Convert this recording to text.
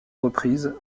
reprise